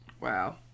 Wow